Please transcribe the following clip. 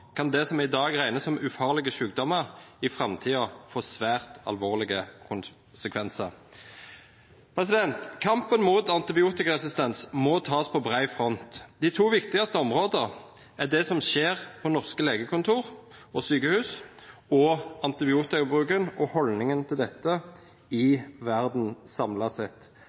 kan det som i dag regnes som ufarlige sykdommer, i framtiden få svært alvorlige konsekvenser. Kampen mot antibiotikaresistens må tas på bred front. De to viktigste områdene er det som skjer på norske legekontor og i sykehus, og antibiotikabruken og holdningen til dette i verden, samlet sett.